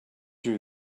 you